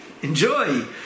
Enjoy